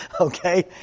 okay